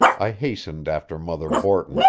i hastened after mother borton,